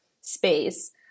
space